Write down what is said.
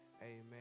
Amen